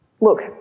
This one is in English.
Look